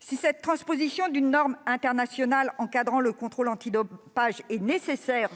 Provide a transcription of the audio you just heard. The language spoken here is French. Si cette transposition d'une norme internationale encadrant le contrôle antidopage est nécessaire